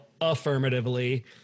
affirmatively